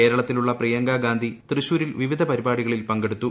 കേരളത്തിലുളള പ്രിയങ്ക ഗാന്ധി തൃശ്ശൂരിൽ വിവിധ പരിപാടികളിൽ പങ്കെടുത്തു